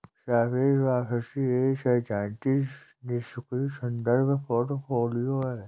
सापेक्ष वापसी एक सैद्धांतिक निष्क्रिय संदर्भ पोर्टफोलियो है